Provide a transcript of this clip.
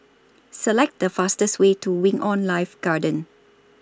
Select The fastest Way to Wing on Life Garden